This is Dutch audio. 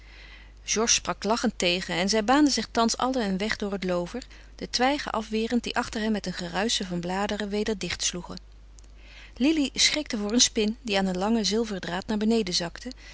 georges sprak lachend tegen en zij baanden zich thans allen een weg door het loover de twijgen afwerend die achter hen met een geruisen van bladeren weder dichtsloegen lili schrikte voor een spin die aan een langen zilveren draad naar beneden zakte